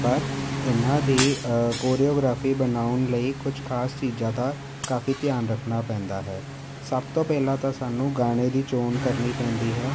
ਪਰ ਇਹਨਾਂ ਦੀ ਕੋਰੀਓਗ੍ਰਾਫੀ ਬਣਾਉਣ ਲਈ ਕੁਛ ਖਾਸ ਚੀਜ਼ਾਂ ਦਾ ਕਾਫੀ ਧਿਆਨ ਰੱਖਣਾ ਪੈਂਦਾ ਹੈ ਸਭ ਤੋਂ ਪਹਿਲਾਂ ਤਾਂ ਸਾਨੂੰ ਗਾਣੇ ਦੀ ਚੋਣ ਕਰਨੀ ਪੈਂਦੀ ਹੈ